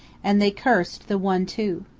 and they cursed the one-two.